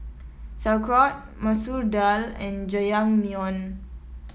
Sauerkraut Masoor Dal and Jajangmyeon